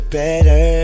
better